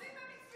אז אם הם הצביעו,